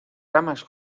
ramas